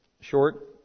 Short